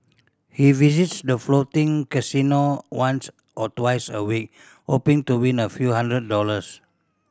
he visits the floating casino once or twice a week hoping to win a few hundred dollars